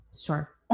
sure